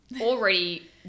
Already